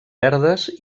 verdes